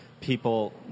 people